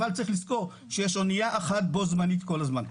אבל צריך לזכור שיש אנייה אחת בו-זמנית כל הזמן.